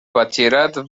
batxillerat